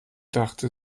dachte